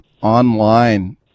online